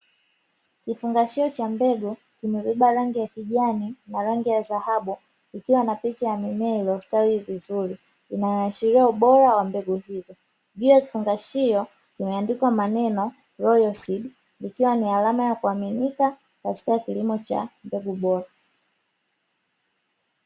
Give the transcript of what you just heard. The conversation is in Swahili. Kifungashio cha mbegu kimebeba rangi ya kijani na rangi ya dhahabu, ikiwa na picha ya mimea ilionastawi vizuri inayoashiria ubora wa mbegu hiyo juu ya kifungashio kimeandikwa maneno "royal seed", ikiwa ni alama ya kuaminika katika kilimo cha mbegu bora.